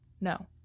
No